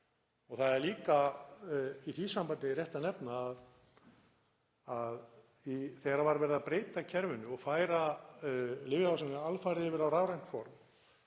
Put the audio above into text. Það er líka í því sambandi rétt að nefna að þegar var verið að breyta kerfinu og færa lyfjaávísanir alfarið yfir á rafrænt form